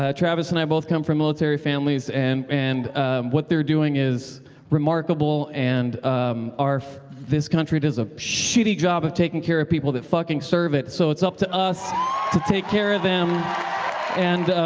ah travis and i both come from military families and and what they're doing is remarkable. and um this country does a shitty job of taking care of people that fucking serve it so it's up to us to take care of them and